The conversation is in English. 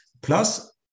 Plus